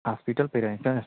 hospital फिर हैं sir